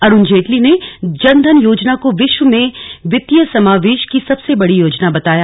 अरुण जेटली ने जन धन योजना को वि श्व में वित्तीय समावे शन की सबसे बड़ी योजना बताया